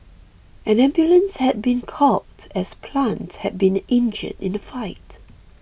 an ambulance had been called as plant had been injured in the fight